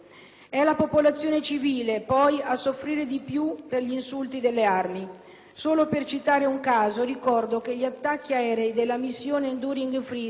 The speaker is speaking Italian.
Solo per citare un caso, ricordo che gli attacchi aerei della missione *Enduring* *Freedom* sono stati la causa principale, ancorché involontaria,